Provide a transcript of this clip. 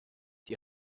die